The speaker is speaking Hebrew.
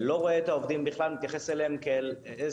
לא רואה את העובדים בכלל ומתייחס אליהם כמכונות,